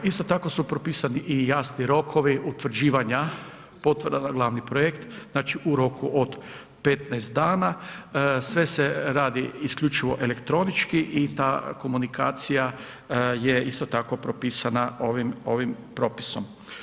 Isto tako su propisani i jasni rokovi, utvrđivanja potvrda na glavni projekt, znači u roku od 15 dana, sve se radi isključivo elektronički i ta komunikacija je isto tako propisana ovim propisom.